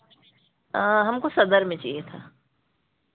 हमको सदर में चाहिए था